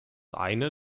eine